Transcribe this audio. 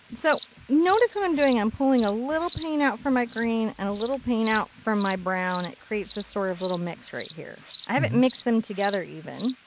so notice what i'm doing. i'm pulling a little paint out from my green and a little paint out from my brown. it creates this sort of little mix right here. i haven't mixed them together even.